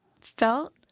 felt